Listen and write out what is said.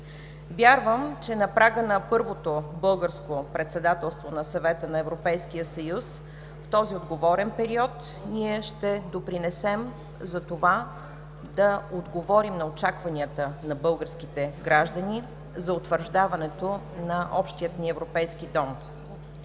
Вярвам, че на прага на първото българско председателство на Съвета на Европейския съюз, в този отговорен период, ние ще допринесем за това да отговорим на очакванията на българските граждани за утвърждаването на общия ни европейски дом.